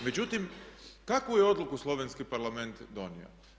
Međutim, kakvu je odluku slovenski Parlament donio?